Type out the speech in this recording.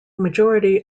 majority